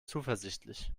zuversichtlich